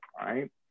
right